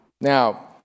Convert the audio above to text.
Now